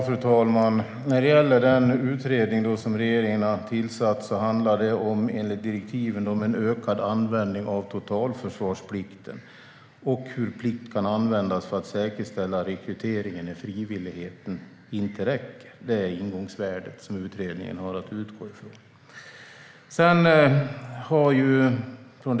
Fru talman! När det gäller den utredning som regeringen har tillsatt handlar det enligt direktiven om en ökad användning av totalförsvarsplikten och hur plikt kan användas för att säkerställa rekryteringen när frivilligheten inte räcker. Det är det ingångsvärde som utredningen har att utgå från.